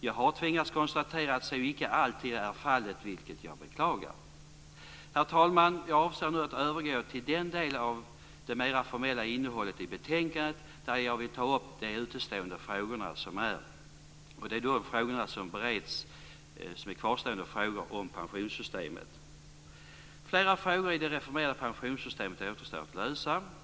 Jag har tvingats konstatera att så inte alltid är fallet, och det beklagar jag. Herr talman! Jag avser nu att övergå till det mer formella innehållet i betänkandet. Jag vill jag ta upp de utestående frågorna. Det gäller bl.a. kvarstående frågor om pensionssystemet. Flera frågor i det reformerade pensionssystemet återstår att lösa.